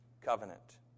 covenant